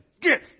Get